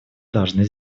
должны